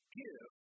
give